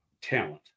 talent